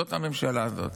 זאת הממשלה הזאת.